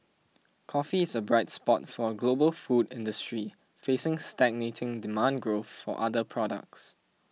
coffee is a bright spot for a global food industry facing stagnating demand growth for other products